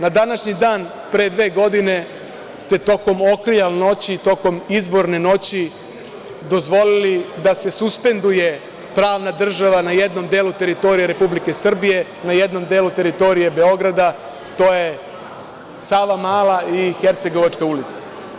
Na današnji dan pre dve godine ste tokom okrilja noći i tokom izborne noći dozvolili da se suspenduje pravna država na jednom delu teritorije Republike Srbije, na jednom delu teritorije Beograda, a to je „Savamala“ i Hercegovačka ulica.